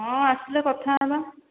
ହଁ ଆସିଲେ କଥା ହେବା